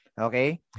Okay